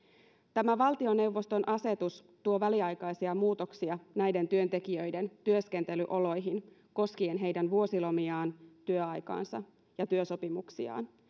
tämä valtioneuvoston asetus tuo väliaikaisia muutoksia näiden työntekijöiden työskentelyoloihin koskien heidän vuosilomiaan työaikaansa ja työsopimuksiaan